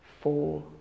four